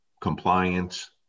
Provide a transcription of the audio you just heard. compliance